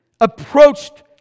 Approached